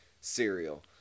cereal